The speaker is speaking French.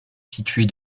située